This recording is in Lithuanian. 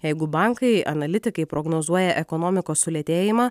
jeigu bankai analitikai prognozuoja ekonomikos sulėtėjimą